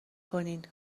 کنین